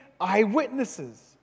eyewitnesses